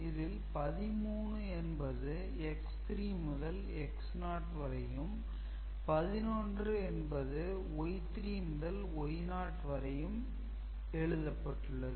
இதில் 13 என்பது X3 முதல் X0 வரையும் 11 என்பது Y3 முதல் Y0 வரையும் எழுதப்பட்டுள்ளது